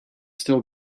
still